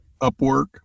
Upwork